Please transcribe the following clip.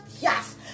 yes